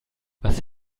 was